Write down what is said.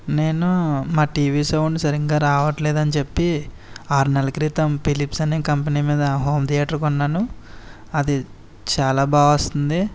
నేను మా TV sound సరిగా రావట్లేదని చెప్పి ఆరు నెలల క్రితం ఫిలిప్స్ అనే కంపెనీ మీద హోమ్ థియేటర్ కొన్నాను అది చాలా బాగా వస్తుంది